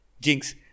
Jinx